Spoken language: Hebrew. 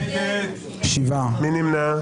מי נמנע?